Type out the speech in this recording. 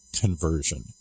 conversion